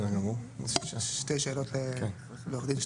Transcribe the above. שתי שאלות לעמית.